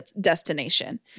destination